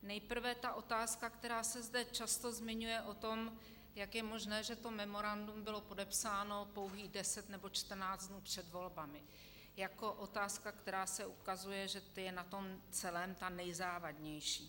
Nejprve otázka, která se zde často zmiňuje, o tom, jak je možné, že to memorandum bylo podepsáno pouhých deset nebo čtrnáct dnů před volbami, jako otázka, která se ukazuje, že je na tom celém ta nejzávadnější.